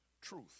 truth